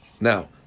Now